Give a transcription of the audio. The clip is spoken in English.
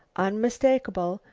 unmistakable,